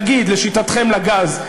נגיד לשיטתכם הגז,